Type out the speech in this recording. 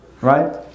right